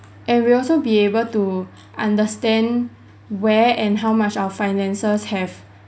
and we will also be able to understand where and how much our finances have